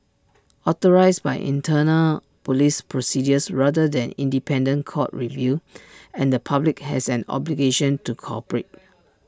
authorised by internal Police procedures rather than independent court review and the public has an obligation to cooperate